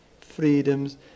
freedoms